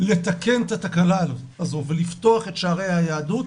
לתקן את התקלה הזאת ולפתוח את שערי היהדות,